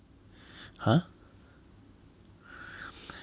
!huh!